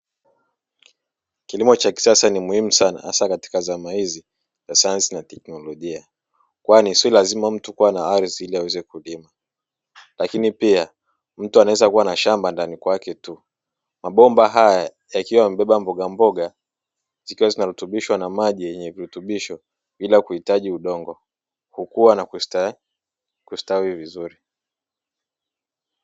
Kilimo cha kisasa ni muhimu sana hasa katika zama hizi za sayansi na teknolojia, kwani si lazima mtu kuwa na ardhi ili aweze kulima, lakini pia mtu anaweza kuwa na shamba ndani kwake tu. Mabomba haya yakiwa yamebeba mbogamboga, zikiwa zinarutubishwa na maji yenye virutubisho bila kuhitaji udongo, hukua na kustawi vizuri.